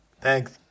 Thanks